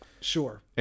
Sure